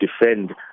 defend